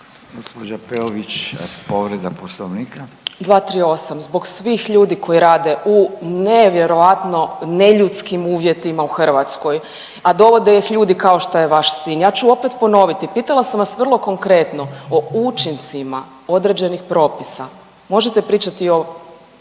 Poslovnika. **Peović, Katarina (RF)** 238. Zbog svih ljudi koji rade u nevjerojatno neljudskim uvjetima u Hrvatskoj, a dovode ih ljudi kao što je vaš sin. Ja ću opet ponoviti, pitala sam vas vrlo konkretno o učincima određenih propisa. Možete pričati o